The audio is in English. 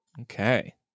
Okay